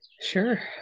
sure